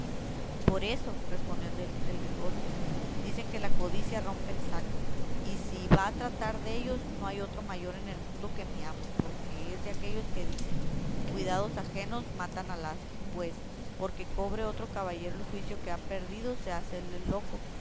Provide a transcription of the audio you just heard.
por eso respondió el del bosque dicen que la codicia rompe el saco y si va a tratar dellos no hay otro mayor en el mundo que mi amo porque es de aquellos que dicen cuidados ajenos matan al asno pues porque cobre otro caballero el juicio que ha perdido se hace el loco